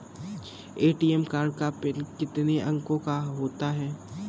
ATM card का PIN कितने अंकों का होता है?